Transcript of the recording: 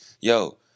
yo